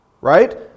right